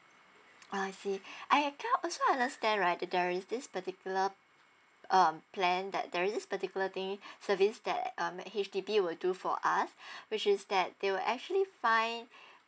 orh I see uh I'm tell also I understand right that there is this particular um plan that there is this particular thing service that um H_D_B would do for us which is that they will actually find